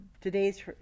today's